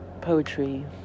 poetry